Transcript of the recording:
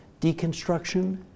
deconstruction